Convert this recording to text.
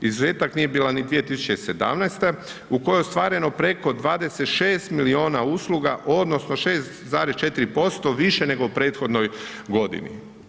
Izuzetak nije bila ni 2017. u kojoj je ostvareno preko 26 milijuna usluga, odnosno 6,4% više nego u prethodnoj godini.